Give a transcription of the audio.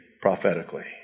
prophetically